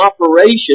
operation